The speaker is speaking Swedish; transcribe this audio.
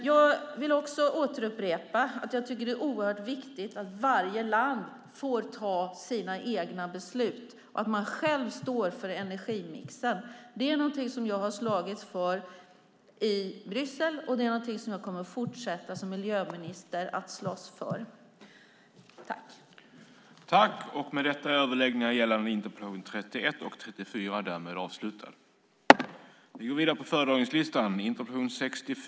Jag vill upprepa att det är oerhört viktigt att varje land får ta sina egna beslut och att man själv står för energimixen. Det har jag slagits för i Bryssel, och jag kommer som miljöminister att fortsätta att slåss för det.